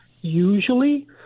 usually